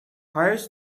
hires